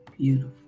beautiful